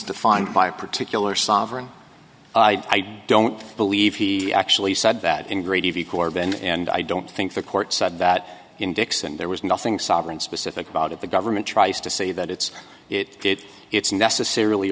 defined by a particular sovereign i don't believe he actually said that and gravy corban and i don't think the court said that in dickson there was nothing sovereign specific about it the government tries to say that it's it did it's necessarily